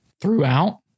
throughout